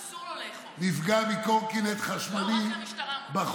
אסור לו לאכוף, רק למשטרה מותר.